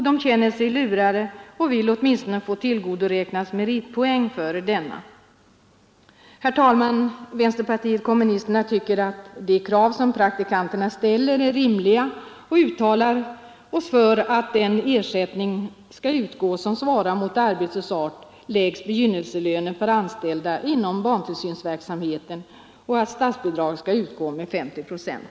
De känner sig lurade och vill åtminstone få tillgodoräkna sig meritpoäng för denna. Herr talman! Vänsterpartiet komunisterna tycker att de krav som praktikanterna ställer är rimliga och uttalar sig för att den ersättning skall utgå som svarar mot arbetets art, lägst begynnelselön för anställda inom barntillsynsverksamheten, och att statsbidrag skall utgå med 50 procent.